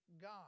God